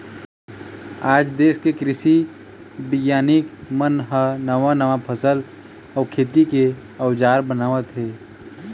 आज देश के कृषि बिग्यानिक मन ह नवा नवा फसल अउ खेती के अउजार बनावत हे